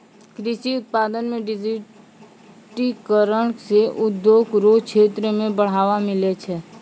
कृषि उत्पादन मे डिजिटिकरण से उद्योग रो क्षेत्र मे बढ़ावा मिलै छै